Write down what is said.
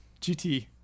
GT